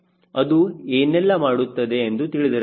ಅದು ಏನೆಲ್ಲ ಮಾಡುತ್ತದೆ ಎಂದು ತಿಳಿದಿರಬೇಕು